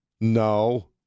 No